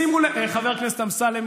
וחבר הכנסת אמסלם,